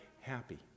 happy